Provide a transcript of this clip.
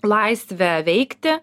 laisvę veikti